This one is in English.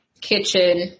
kitchen